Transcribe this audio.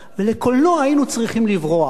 ולקולנוע היינו צריכים לברוח.